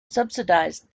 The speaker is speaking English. subsidized